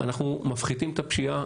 מפחיתים את הפשיעה,